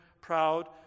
proud